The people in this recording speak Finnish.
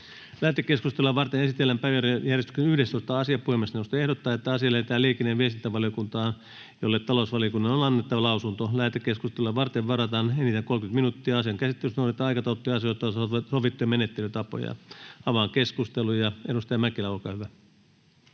Lähetekeskustelua varten esitellään päiväjärjestyksen 11. asia. Puhemiesneuvosto ehdottaa, että asia lähetetään liikenne- ja viestintävaliokuntaan, jolle talousvaliokunnan on annettava lausunto. Lähetekeskustelua varten varataan enintään 30 minuuttia. Asian käsittelyssä noudatetaan aikataulutettujen asioitten osalta sovittuja menettelytapoja. — Avaan keskustelun. Ensiksi todetaan,